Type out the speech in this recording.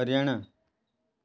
Haryana